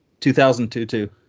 2002